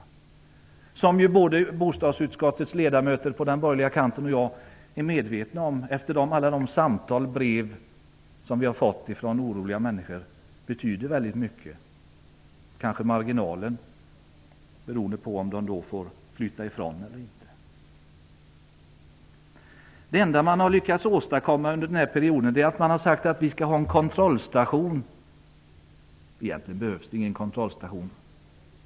De betyder, som både bostadsutskottets ledamöter på den borgerliga kanten och jag är medvetna om efter alla de samtal och brev som vi har fått från oroliga människor, väldigt mycket. Det kanske är marginalen som avgör om de får flytta från sitt hem eller inte. Det enda man har lyckats åstadkomma under den här perioden är att man har sagt att vi skall ha en kontrollstation. Egentligen behövs det ingen kontrollstation.